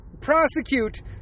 prosecute